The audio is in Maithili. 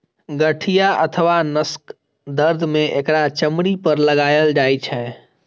गठिया अथवा नसक दर्द मे एकरा चमड़ी पर लगाएल जाइ छै